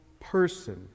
person